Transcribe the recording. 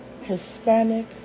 Hispanic